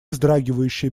вздрагивающая